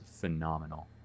phenomenal